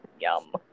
Yum